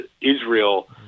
Israel